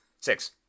six